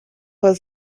was